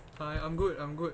I I'm good I'm good